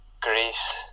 Greece